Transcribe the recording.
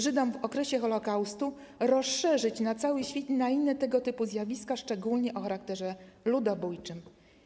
Żydom w okresie Holokaustu rozszerzyć na cały świat i na inne tego typu zjawiska, szczególnie o charakterze ludobójczym.